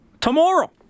tomorrow